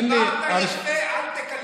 דיברת יפה, אל תקלקל.